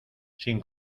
sin